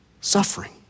Suffering